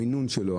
המינון שלו,